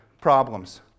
problems